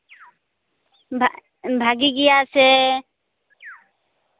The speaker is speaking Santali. ᱵᱷᱟᱜ ᱤ ᱜᱮᱭᱟ ᱥᱮ